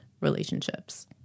relationships